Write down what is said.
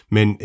Men